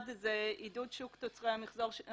אחד מהם זה עידוד שוק תוצרי המחזור,